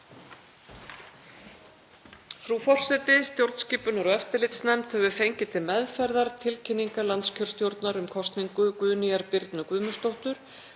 Frú forseti. Stjórnskipunar- og eftirlitsnefnd hefur fengið til meðferðar tilkynningu landskjörstjórnar um kosningu Guðnýjar Birnu Guðmundsdóttur